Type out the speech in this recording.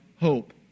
hope